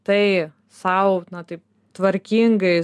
tai sau na taip tvarkingai